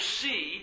see